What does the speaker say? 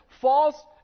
false